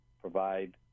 provide